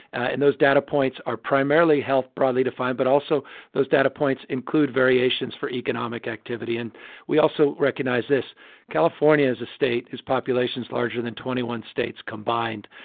and those data points are primarily health broadly defined, but also those data points include variations for economic activity. and we also recognize this california is a state whose population's larger than twenty one states combined.